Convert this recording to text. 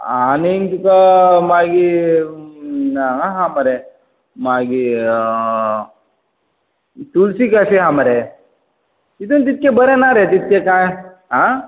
हां आनींग तुका मागीर हांगा आसा मरे मागीर तुलसी कॅफे आसा मरे तातून तितलें बरें ना रे तितलें कांय हां